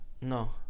No